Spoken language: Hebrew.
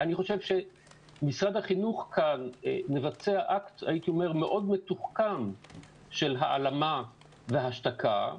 אני חושב שמשרד החינוך מבצע אקט מאוד מתוחכם של העלמה והשתקה.